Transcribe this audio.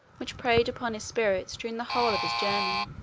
which preyed upon his spirits during the whole of his journey.